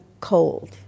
cold